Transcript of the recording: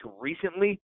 recently